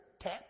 tap